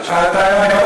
הבנתי,